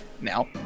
now